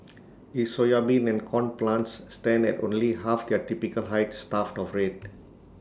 his soybean and corn plants stand at only half their typical height starved of rain